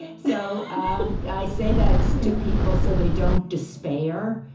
so i say that to people so they don't despair,